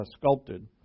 sculpted